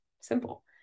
simple